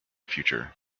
future